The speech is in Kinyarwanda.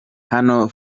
hano